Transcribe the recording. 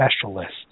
specialists